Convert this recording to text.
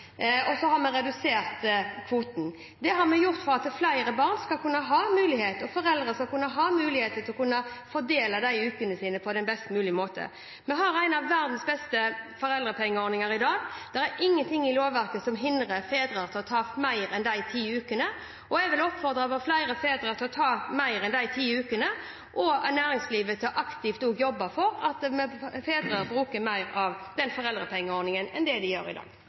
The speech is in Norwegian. og så har vi redusert kvoten. Det har vi gjort for at flere barn skal kunne ha mulighet, og foreldre skal kunne ha mulighet, til å fordele ukene sine på best mulig måte. Vi har en av verdens beste foreldrepengeordninger i dag. Det er ingenting i lovverket som hindrer fedre i å ta mer enn de ti ukene, og jeg vil oppfordre flere fedre til å ta mer enn de ti ukene, og næringslivet til aktivt å jobbe for at fedre bruker mer av foreldrepengeordningen enn det de gjør i dag.